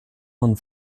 man